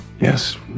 Yes